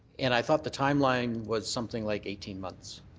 and i thought the time line was something like eighteen months,